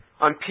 on